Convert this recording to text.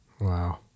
Wow